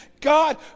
God